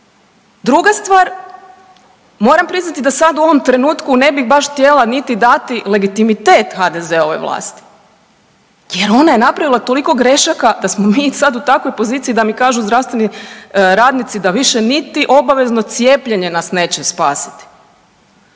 Druga stvar, moram priznati da sada u ovom trenutku ne bi baš htjela niti dati legitimitet HDZ-ovoj vlasti jer ona je napravila toliko grešaka da smo mi sad u takvoj poziciji da mi kažu zdravstveni radnici da više obavezno cijepljenje nas neće spasiti.